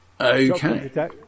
Okay